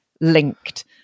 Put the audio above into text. linked